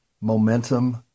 momentum